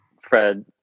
Fred